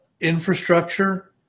infrastructure –